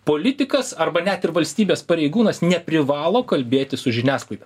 politikas arba net ir valstybės pareigūnas neprivalo kalbėti su žiniasklaida